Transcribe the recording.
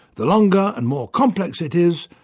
the longer and more complex it is,